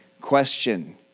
question